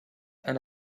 and